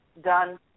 Done